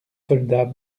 soldats